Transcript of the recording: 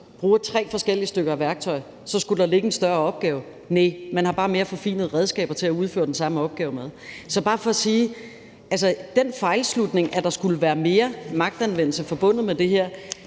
bruger tre forskellige stykker værktøj, så skulle der ligge en større opgave. Næh, man har bare mere forfinede redskaber til at udføre den samme opgave med. Så det er bare for at sige, at den fejlslutning, at der skulle være mere magtanvendelse forbundet med det her,